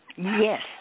Yes